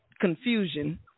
confusion